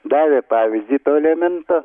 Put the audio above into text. davė pavyzdį to elemento